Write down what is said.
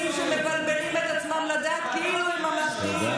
שמבלבלים את עצמם לדעת כאילו הם ממלכתיים.